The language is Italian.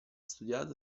studiato